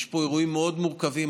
יש פה אירועים מאוד מורכבים,